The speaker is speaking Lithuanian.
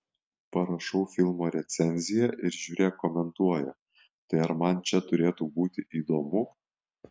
parašau filmo recenziją ir žiūrėk komentuoja tai ar man čia turėtų būti įdomu